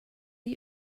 you